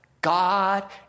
God